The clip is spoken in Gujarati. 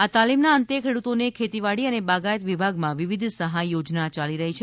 આ તાલીમના અંતે ખેડુતોને ખેતીવાડી અને બાગાયત વિભાગમાં વિવિધ સહાય યોજના ચાલી રહી છે